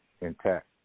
intact